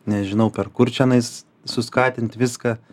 nežinau per kur čionais suskatint viską